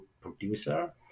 producer